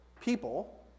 people